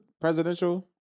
presidential